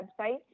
website